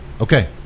Okay